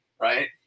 right